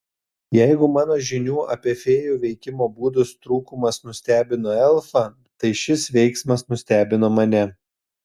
jeigu mano žinių apie fėjų veikimo būdus trūkumas nustebino elfą tai šis veiksmas nustebino mane